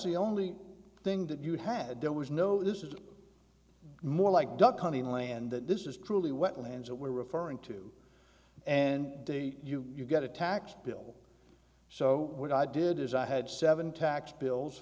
the only thing that you had there was no this is more like duck hunting land that this is truly wetlands that we're referring to and you get a tax bill so what i did is i had seven tax bills